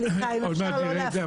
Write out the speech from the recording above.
עוד מעט נראה את זה.